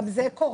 גם זה קורה.